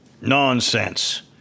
Nonsense